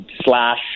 slash